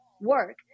work